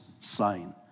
sign